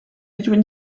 between